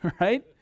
right